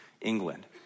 England